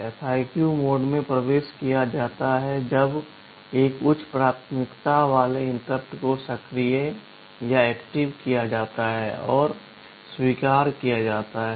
FIQ mode में प्रवेश किया जाता है जब एक उच्च प्राथमिकता वाले इंटरप्ट को सक्रिय किया जाता है और स्वीकार किया जाता है